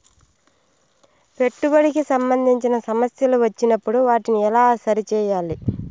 పెట్టుబడికి సంబంధించిన సమస్యలు వచ్చినప్పుడు వాటిని ఎలా సరి చేయాలి?